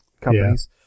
companies